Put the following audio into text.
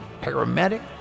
paramedic